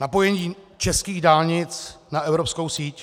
Napojení českých dálnic na evropskou síť?